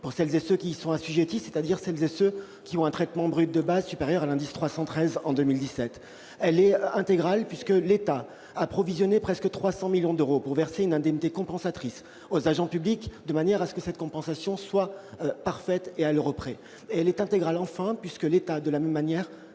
pour celles et ceux qui y sont assujettis, c'est-à-dire celles et ceux qui ont un traitement brut de base supérieur à l'indice 313 en 2017. Elle est intégrale, puisque l'État a provisionné presque 300 millions d'euros pour verser une indemnité compensatrice aux agents publics, de manière que cette compensation soit parfaite et à l'euro près. Elle est intégrale, enfin, puisque l'État, de la même manière,